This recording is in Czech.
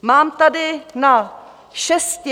Mám tady na šesti